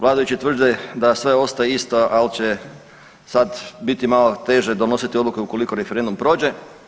Vladajući tvrde da sve ostaje isto, ali će sad biti malo teže donositi odluke ukoliko referendum prođe.